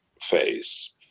phase